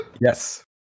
Yes